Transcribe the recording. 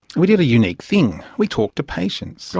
we did a unique thing we talked to patients.